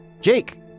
Jake